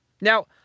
Now